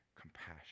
compassion